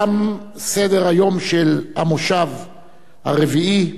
תם סדר-היום של המושב הרביעי.